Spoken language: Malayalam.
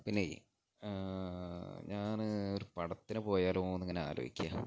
പിന്നെ ഞാനൊരു പടത്തിന് പോയാലോ എന്നിങ്ങനെ ആലോചിക്കുകയാണ്